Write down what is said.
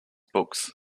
books